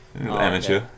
Amateur